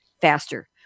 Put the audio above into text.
faster